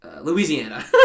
Louisiana